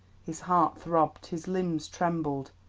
his heart throbbed, his limbs trembled,